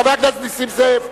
חבר הכנסת נסים זאב.